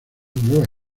nuevas